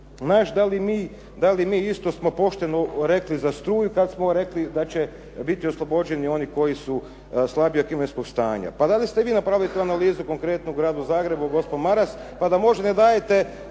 naš da li mi isto smo pošteno rekli za struju kad smo rekli da će biti oslobođeni oni koji su slabijeg imovinskog stanja. Pa da li ste vi napravili tu analizu konkretno u Gradu Zagrebu gospodine Maras pa da možda ne dajete